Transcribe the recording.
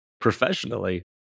professionally